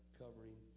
covering